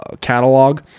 catalog